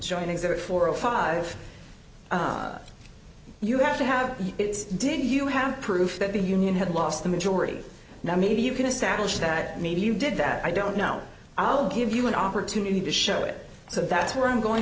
are four of five you have to have it's did you have proof that the union had lost the majority now maybe you can establish that maybe you did that i don't know i'll give you an opportunity to show it so that's where i'm going